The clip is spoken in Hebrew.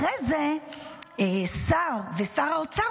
אחרי זה שר האוצר,